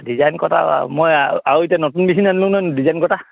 design কটা মই আৰু আৰু এতিয়া নতুন মেচিন আনিলো নহয় ডিজাইন কটা